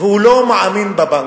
והוא לא מאמין בבנק.